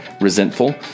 resentful